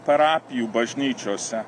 parapijų bažnyčiose